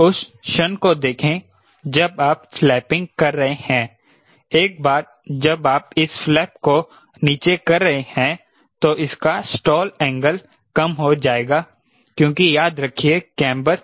उस क्षण को देखें जब आप फ्लेपिंग कर रहे हैं एक बार जब आप इस फ्लैप को नीचे कर रहे हैं तो इसका स्टॉल एंगल कम हो जाएगा क्योंकि याद रखिए कैंबेर बढ़ गया है